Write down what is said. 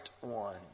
one